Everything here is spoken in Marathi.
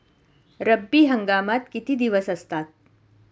रब्बी हंगामात किती दिवस असतात?